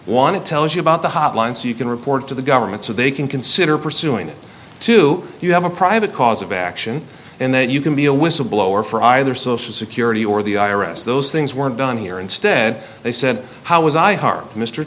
want to tell you about the hotline so you can report to the government so they can consider pursuing it to you have a private cause of action and then you can be a whistleblower for either social security or the i r s those things weren't done here instead they said how was i har